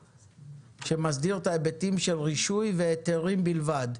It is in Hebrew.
שמסדיר את ההיבטים של רישוי והיתרים בלבד.